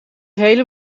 hele